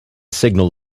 signal